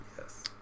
Yes